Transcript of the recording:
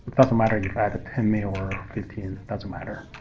doesn't matter you add a ten mil or fifteen, doesn't matter.